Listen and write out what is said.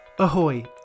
Ahoy